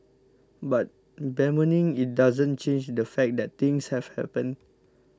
but bemoaning it doesn't change the fact that things have happened